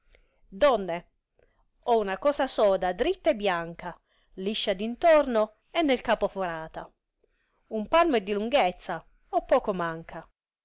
donne ho una cosa soda dritta e bianca liscia d intorno e nel capo forata un palmo è di lunghezza o poco manca